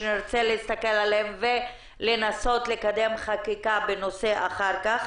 שנרצה להסתכל עליהן ולנסות לקדם חקיקה בנושא אחר כך.